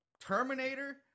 Terminator